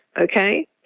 okay